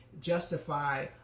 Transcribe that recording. justify